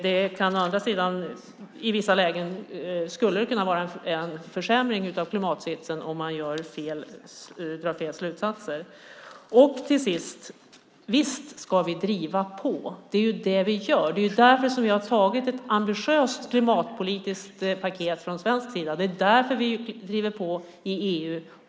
Det skulle i vissa lägen kunna innebära en försämring av klimatsitsen om man drar fel slutsatser. Till sist: Visst ska vi driva på. Det är vad vi gör. Det är därför som vi från svensk sida har antagit ett ambitiöst klimatpolitiskt paket och därför som vi driver på i EU.